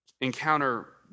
encounter